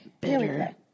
Bitter